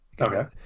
okay